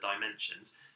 dimensions